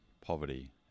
poverty